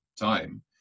time